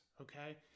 okay